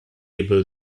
able